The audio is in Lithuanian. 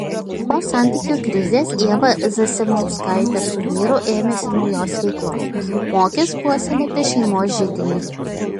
po santykių krizės ieva zasimauskaitė su vyru ėmėsi naujos veiklos mokys puoselėti šeimos židinį